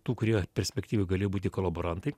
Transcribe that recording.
tų kurie perspektyvoj galėjo būti kolaborantai